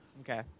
Okay